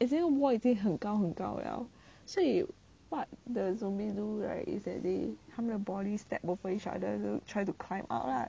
as in the wall 很高很高了所以 what the zombie do right is that they 他们的 body step over each other try to climb up lah